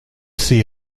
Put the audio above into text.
see